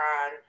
on